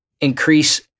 increase